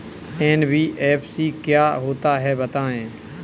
NBFC क्या होता है बताएँ?